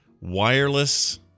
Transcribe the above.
Wireless